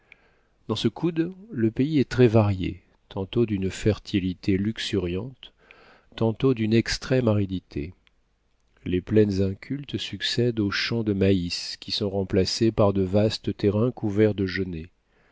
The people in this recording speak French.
dans ce coude le pays est très varié tantôt d'une fertilité luxuriante tantôt d'une extrême aridité les plaines incultes succèdent aux champs de maïs qui sont remplacés par de vastes terrains couverts de